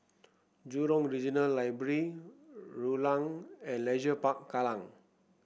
Jurong Regional Library Rulang and Leisure Park Kallang